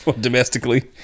domestically